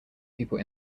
people